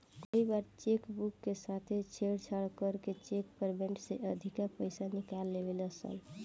कई बार cheque book के साथे छेड़छाड़ करके चेक पेमेंट से अधिका पईसा निकाल लेवे ला सन